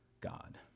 God